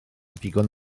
digon